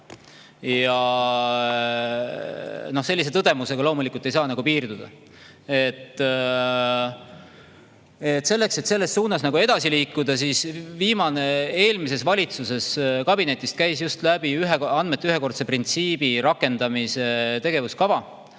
Ja sellise tõdemusega loomulikult ei saa piirduda. Selleks, et selles suunas edasi liikuda, käis eelmises valitsuses kabinetist läbi andmete ühekordse printsiibi rakendamise tegevuskava.